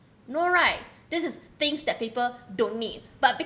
no right this is things that people don't need but